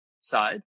side